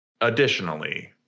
additionally